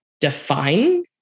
define